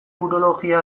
urologia